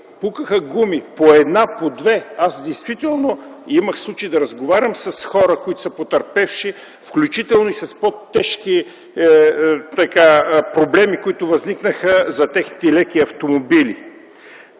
пукаха гуми, по една, по две. Аз действително имах случай да разговарям с хора, които са потърпевши, включително и с по-тежки проблеми, които възникнаха за техните леки автомобили.